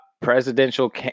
presidential